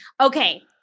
Okay